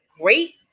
great